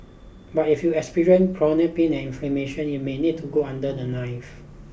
but if you experience chronic pain and inflammation you may need to go under the knife